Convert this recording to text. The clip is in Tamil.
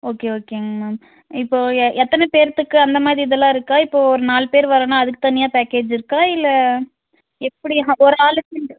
ஓகே ஓகேங்க மேம் இப்போ எ எத்தனை பேர்த்துக்கு அந்த மாதிரி இதெல்லாம் இருக்கா இப்போ ஒரு நாலு பேரு வரோன்னா அதுக்கு தனியாக பேக்கேஜ் இருக்கா இல்லை எப்படி ஒரு ஆளுக்கு